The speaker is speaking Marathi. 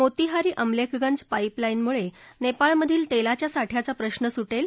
मोतिहारी अमलेखगंज पाईपलाईन मुळे नेपाळमधील तेलाच्या साठयाचा प्रश्न सुटेल